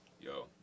Yo